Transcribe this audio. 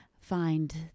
find